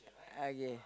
okay